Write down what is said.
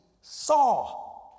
saw